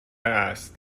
است